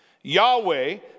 Yahweh